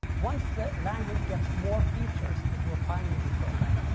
once the language gets more features it will finally be perfect.